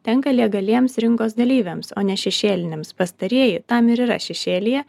tenka legaliems rinkos dalyviams o ne šešėliniams pastarieji tam ir yra šešėlyje